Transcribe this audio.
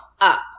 up